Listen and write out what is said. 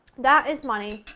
that is money!